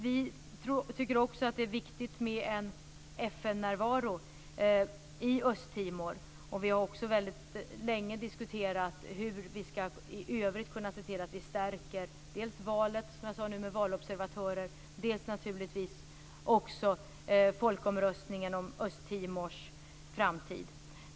Vi tycker också att det är viktigt med en FN närvaro i Östtimor, och vi har också väldigt länge diskuterat hur vi i övrigt skall kunna stärka dels valet - jag talade nyss om valobservatörer - dels naturligtvis också folkomröstningen om Östtimors framtid.